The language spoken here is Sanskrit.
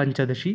पञ्चदशी